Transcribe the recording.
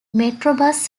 metrobus